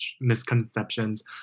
misconceptions